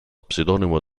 pseudonimo